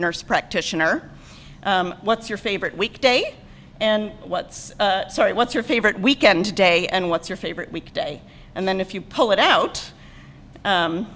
nurse practitioner what's your favorite weekday and what's what's your favorite weekend today and what's your favorite weekday and then if you pull it out